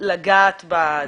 לגעת בה.